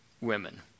women